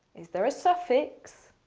is there a suffix?